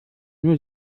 nur